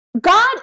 God